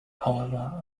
however